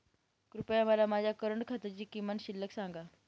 कृपया मला माझ्या करंट खात्याची किमान शिल्लक सांगा